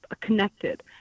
connected